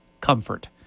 comfort